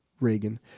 Reagan